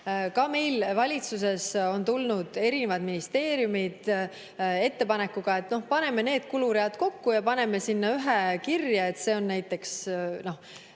Ka meil valitsuses on olnud ministeeriumid ettepanekuga, et paneme need kuluread kokku ja paneme sinna ühe kirje, et see on näiteks … Noh,